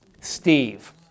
Steve